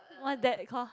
what's that called